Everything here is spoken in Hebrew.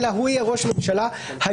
אלא הוא יהיה ראש הממשלה היוצאת,